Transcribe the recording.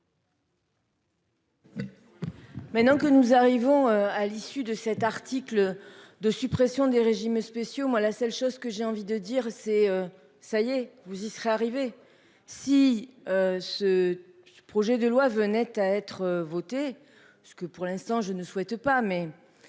Maintenant que nous arrivons à l'issue de cet article de suppression des régimes spéciaux, moi la seule chose que j'ai envie de dire c'est ça lui et vous y serait arrivé si. Ce. Projet de loi venait à être voté ce que pour l'instant je ne souhaite pas